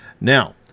Now